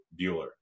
Bueller